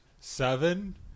seven